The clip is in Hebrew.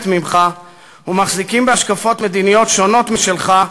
ממך ומחזיקים בהשקפות מדיניות שונות משלך,